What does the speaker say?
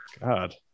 God